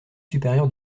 supérieur